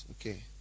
Okay